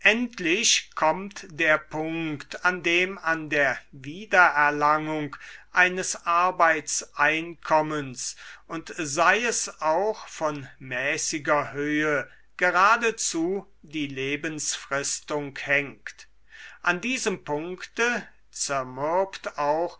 kommt der punkt an dem an der wiedererlangung eines arbeitseinkommens und sei es auch von mäßiger höhe geradezu die lebensfristung hängt an diesem punkte